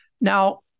Now